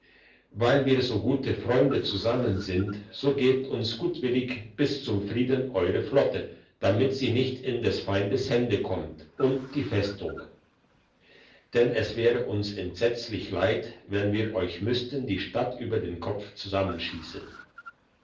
weil wir so gute freunde zusammen sind so gebt uns gutwillig bis zum frieden eure flotte damit sie nicht in des feindes hände kommt und die festung denn es wäre uns entsetzlich leid wenn wir euch müssten die stadt über dem kopfe zusammenschiessen